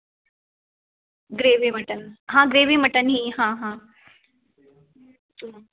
gravy mutton हाँ gravy mutton ही हाँ हाँ